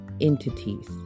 entities